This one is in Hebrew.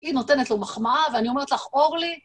היא נותנת לו מחמאה, ואני אומרת לך, אורלי